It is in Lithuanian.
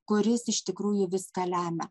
kuris iš tikrųjų viską lemia